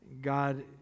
God